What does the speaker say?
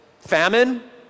famine